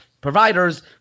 providers